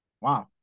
Wow